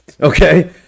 Okay